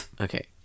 Okay